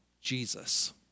Jesus